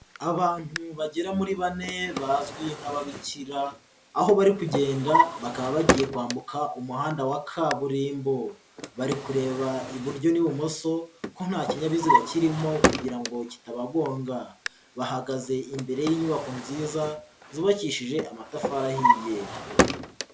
Abantu bagera muri bane bazwi nk'ababikira, aho bari kugenda bakaba bagiye kwambuka umuhanda wa kaburimbo, bari kureba iburyo n'ibumoso ko nta kinyabiziga kirimo kugira ngo kitabagonga, bahagaze imbere y'inyubako nziza zubakishije amatafari ahiye